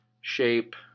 shape